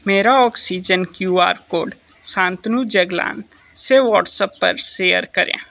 मेरा oxygen Q R code Shantanu Jaglan से WhatsApp पर शेयर करें